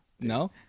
no